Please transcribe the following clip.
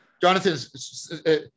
Jonathan